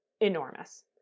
enormous